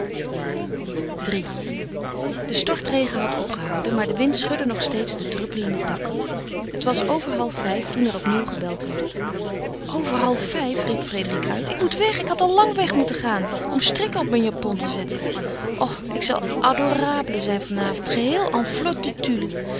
iii de stortregen had opgehouden maar de wind schudde nog steeds de druppelende takken het was over halfvijf toen er opnieuw gebeld werd over halfvijf riep frédérique uit ik moet weg ik had al lang weg moeten gaan om strikken op mijn japon te zetten o ik zal adorable zijn van avond geheel